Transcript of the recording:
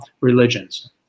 religions